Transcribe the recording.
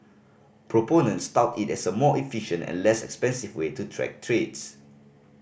proponents tout it as a more efficient and less expensive way to track trades